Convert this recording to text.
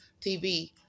TV